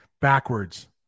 Backwards